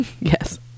Yes